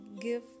give